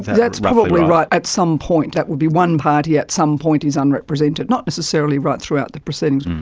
that's probably right at some point, that would be one party at some point is unrepresented, not necessarily right throughout the proceedings.